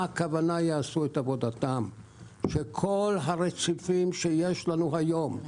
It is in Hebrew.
מה הכוונה שכל הרציפים שיש לנו היום,